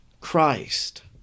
Christ